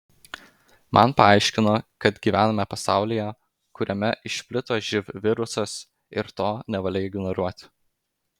man paaiškino kad gyvename pasaulyje kuriame išplito živ virusas ir to nevalia ignoruoti